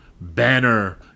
Banner